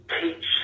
teach